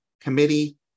committee